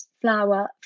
flour